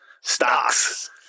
Stocks